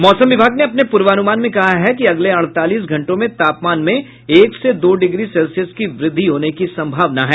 मौसम विभाग ने अपने पूर्वानुमान में कहा है कि अगले अड़तालीस घंटों में तापमान में एक से दो डिग्री सेल्सियस की वृद्धि होने की संभावना है